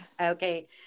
Okay